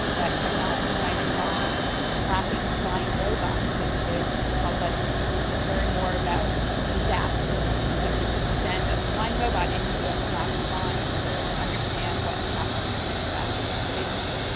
that technology might involve flapping flying robots that could help us learn more about disasters. so we could send a flying robot into a collapsed mine to understand what's happened in a disaster situation.